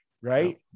right